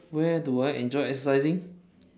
where do I enjoy exercising